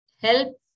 help